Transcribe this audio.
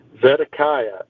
Zedekiah